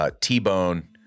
T-Bone